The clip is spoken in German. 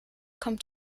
kommt